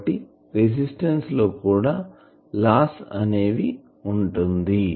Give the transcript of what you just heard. కాబట్టి రెసిస్టెన్సు లో కూడా లాస్ అనేవి వున్నాయి